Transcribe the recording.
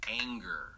anger